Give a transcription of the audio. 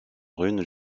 runes